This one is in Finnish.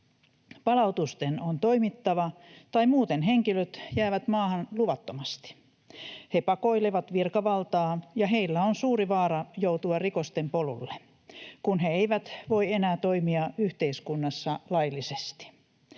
Palautusten on toimittava, tai muuten henkilöt jäävät maahan luvattomasti. He pakoilevat virkavaltaa, ja heillä on suuri vaara joutua rikosten polulle, kun he eivät voi enää toimia yhteiskunnassa laillisesti.